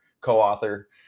co-author